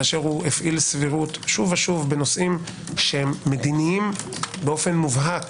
כאשר הפעיל סבירות שוב ושוב בנושאים שהם מדיניים באופן מובהק